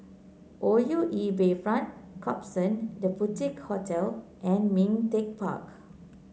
O U E Bayfront Klapson The Boutique Hotel and Ming Teck Park